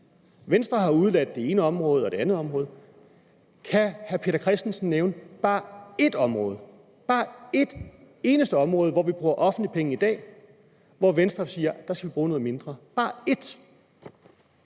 Venstre har udeladt det ene område og det andet område, så kan hr. Peter Christensen nævne bare ét område, bare et eneste område, hvor vi bruger offentlige penge i dag, hvor Venstre siger, at der skal vi bruge noget mindre – bare ét?